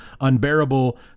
unbearable